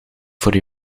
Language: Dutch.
voor